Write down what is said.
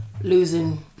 losing